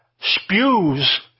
spews